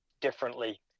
differently